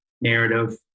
narrative